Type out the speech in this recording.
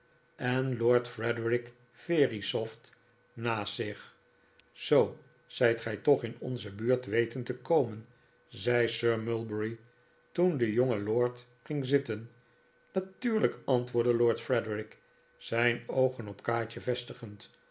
en lord frederik verisopht naast zich zoo zijt gij toch in onze buurt weten te komen zei sir mulberry toen de jonge lord ging zitten natuurlijk antwoordde lord frederik zijn oogen op kaatje vestigend